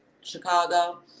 Chicago